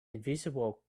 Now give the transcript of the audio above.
invisible